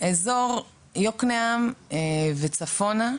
אזור יקנעם וצפונה,